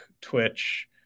twitch